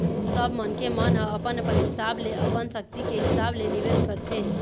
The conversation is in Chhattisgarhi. सब मनखे मन ह अपन अपन हिसाब ले अपन सक्ति के हिसाब ले निवेश करथे